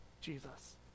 Jesus